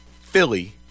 Philly